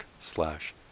slash